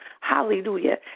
Hallelujah